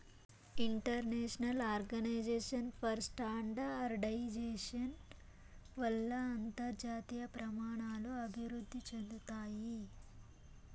international organization for standardization వల్ల అంతర్జాతీయ ప్రమాణాలు అభివృద్ధి చెందుతాయి